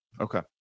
Okay